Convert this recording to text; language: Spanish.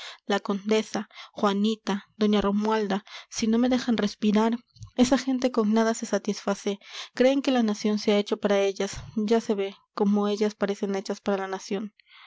la condesa juanita doña romualda si no me dejan respirar esa gente con nada se satisface creen que la nación se ha hecho para ellas ya se ve como ellas parecen hechas para la nación